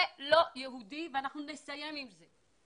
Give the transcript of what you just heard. זה לא יהודי ואנחנו נסיים עם זה.